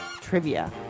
trivia